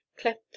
cleft